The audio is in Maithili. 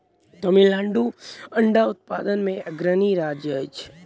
तमिलनाडु अंडा उत्पादन मे अग्रणी राज्य अछि